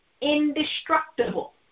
indestructible